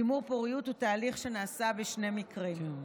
שימור פוריות הוא תהליך שנעשה בשני מקרים: